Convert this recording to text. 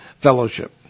Fellowship